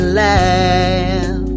laugh